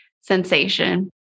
sensation